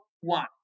one